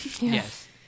Yes